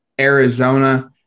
Arizona